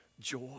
joy